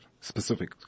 Specific